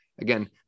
Again